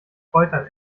kräutern